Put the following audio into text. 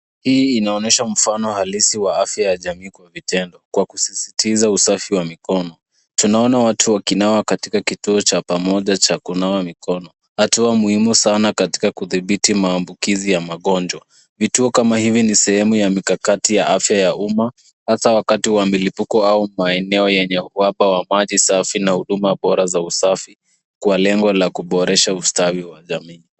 Hii inaonyesha mfano halisi wa afya ya ja jamii kwa vitendo kwa kusisitiza usafi wa mikono. Tunaona watu wakinawa katika kituo cha pamoja cha kunawa mikono, hatua muhimu sana katika kudhibiti maambukizi ya magonjwa. Vituo kama hivi ni sehemu ya mikakati ya afya ya umma hasa wakati wa milipuko au maeneo yenye uhaba wa maji safi na huduma bora za usafi kwa lengo la kuboresha ustawi wa jamii.